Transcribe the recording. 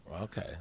Okay